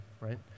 right